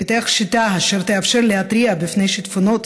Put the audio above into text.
פיתחה שיטה אשר תאפשר להתריע מפני שיטפונות